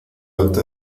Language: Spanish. alto